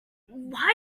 why